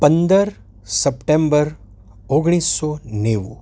પંદર સપ્ટેમ્બર ઓગણીસસો નેવું